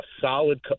solid –